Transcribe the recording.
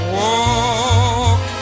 walk